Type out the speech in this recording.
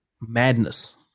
madness